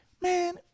man